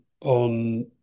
on